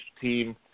team